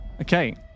Okay